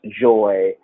joy